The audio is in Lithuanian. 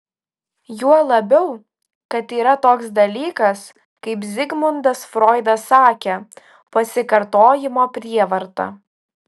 juo labiau kad yra toks dalykas kaip zigmundas froidas sakė pasikartojimo prievarta